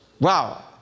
wow